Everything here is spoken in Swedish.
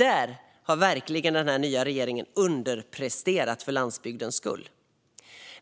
Här har regeringen verkligen underpresterat för landsbygden.